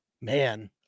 Man